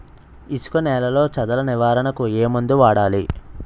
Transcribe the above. ఇసుక నేలలో చదల నివారణకు ఏ మందు వాడాలి?